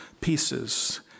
pieces